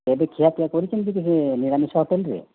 କେବେ ଖିଅ ପିଆ କରିଛନ୍ତି କି ସେ ନିରାମିଷ ହୋଟେଲ୍ରେ